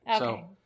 Okay